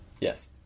Yes